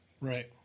Right